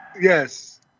yes